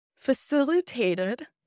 facilitated